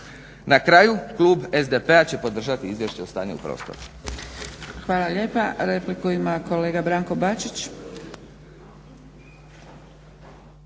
Na kraju klub SDP-a će podržati Izvješće o stanju u prostoru.